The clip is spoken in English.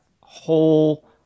whole